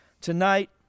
Tonight